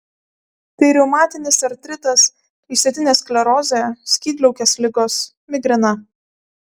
tai reumatinis artritas išsėtinė sklerozė skydliaukės ligos migrena